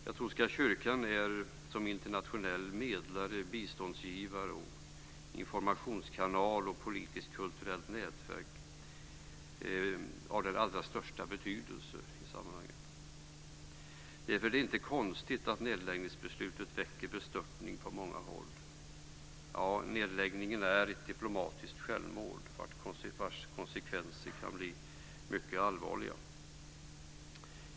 Katolska kyrkan är som internationell medlare, biståndsgivare, informationskanal och politiskt-kulturellt nätverk av allra största betydelse i sammanhanget. Därför är det inte konstigt att nedläggningsbeslutet väcker bestörtning på många håll. Nedläggningen är ett diplomatiskt självmål vars konsekvenser kan bli mycket allvarliga.